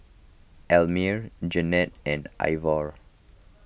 Elmer Jeanette and Ivor